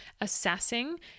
assessing